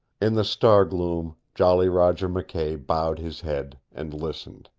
in the star-gloom jolly roger mckay bowed his head, and listened.